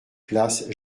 place